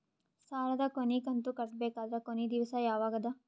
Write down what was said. ಸಾಲದ ಕೊನಿ ಕಂತು ಕಟ್ಟಬೇಕಾದರ ಕೊನಿ ದಿವಸ ಯಾವಗದ?